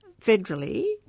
federally